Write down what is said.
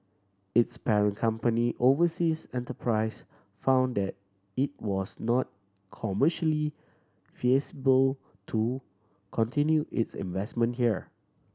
its parent company Overseas Enterprise found that it was not commercially feasible to continue its investment here